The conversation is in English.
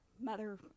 mother